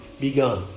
begun